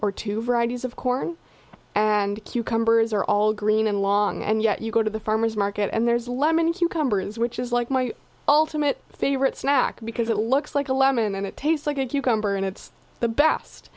or two varieties of corn and cucumber as are all green and long and yet you go to the farmer's market and there's lemon cucumber is which is like my ultimate favorite snack because it looks like a lemon and it tastes like a cucumber and it's the best